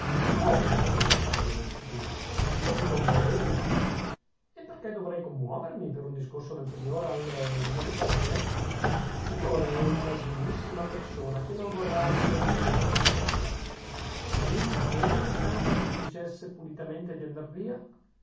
come gridò il padre restituto non vi commovete e perchè dovrei commuovermi per un discorso del priore al mio nepote il priore è una degnissima persona che non vorrà mica dirgli una impertinenza sì ma se egli frattanto gli dicesse pulitamente di andar via